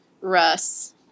Russ